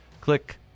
Click